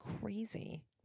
crazy